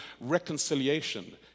reconciliation